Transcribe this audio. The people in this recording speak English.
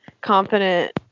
confident